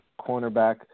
cornerback